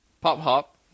Pop-hop